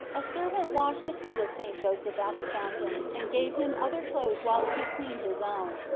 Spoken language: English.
a servant washed the feet of st. joseph at the fountain and gave him other clothes whilst he cleaned his own,